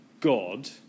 God